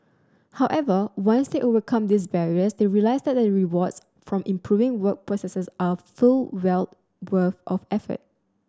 however once they overcome these barriers they realise that the rewards from improving work processes are full well worth of